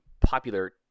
popular